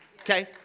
Okay